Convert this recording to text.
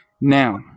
Now